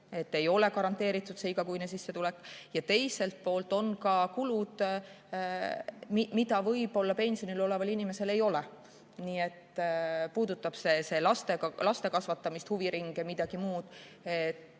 ei ole garanteeritud igakuine sissetulek, ja teiselt poolt on ka kulud, mida võib-olla pensionil oleval inimesel ei ole, see puudutab laste kasvatamist, huviringe, midagi muud.